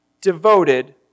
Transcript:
devoted